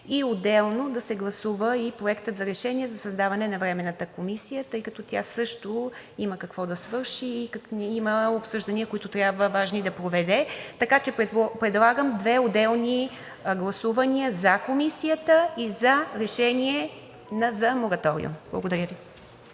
и отделно да се гласува и Проектът за решение за създаване на Временната комисия, тъй като тя също има какво да свърши и има важни обсъждания, които трябва да проведе. Така че предлагам две отделни гласувания – за Комисията и за Решението за мораториум. Благодаря Ви.